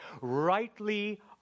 rightly